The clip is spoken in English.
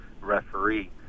referee